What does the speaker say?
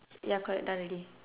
ya correct done already